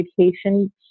education